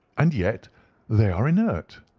and yet they are inert.